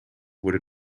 worden